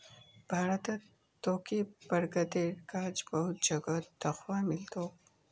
भारतत तोके बरगदेर गाछ बहुत जगहत दख्वा मिल तोक